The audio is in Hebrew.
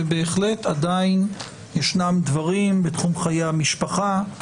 ובהחלט עדיין ישנם דברים בתחום חיי המשפחה,